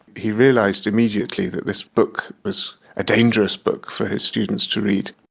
he realised immediately that this book was a dangerous book for his students to read.